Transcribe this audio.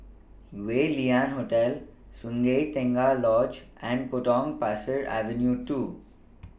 Yew Lian Hotel Sungei Tengah Lodge and Potong Pasir Avenue two